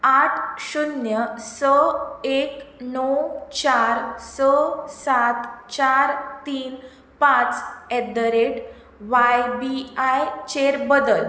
आठ शुन्य स एक णव चार स सात चार तीन पांच at the rate Y B I चेर बदल